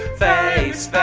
face,